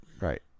Right